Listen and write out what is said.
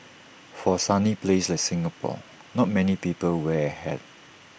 for A sunny place like Singapore not many people wear A hat